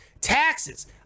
Taxes